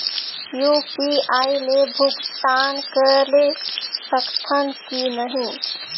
UPI ले भुगतान करे सकथन कि नहीं?